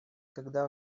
когда